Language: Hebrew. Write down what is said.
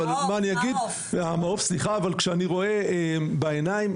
אבל כשאני רואה בעיניים,